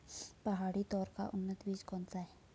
पहाड़ी तोर का उन्नत बीज कौन सा है?